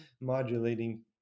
modulating